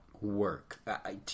work